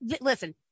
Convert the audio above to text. Listen